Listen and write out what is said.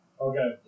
Okay